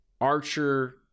Archer